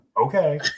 okay